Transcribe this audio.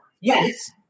Yes